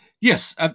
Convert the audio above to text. Yes